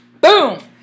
Boom